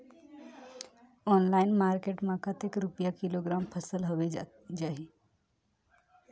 Online market मां कतेक रुपिया किलोग्राम फसल हवे जाही?